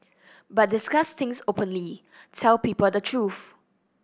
but discuss things openly tell people the truth